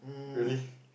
really